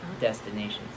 destinations